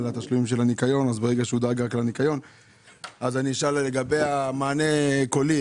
תשלום הניקיון ואני אשאל לגבי המענה הקולו.